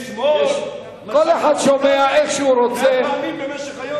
מי שהביא אותנו לזה.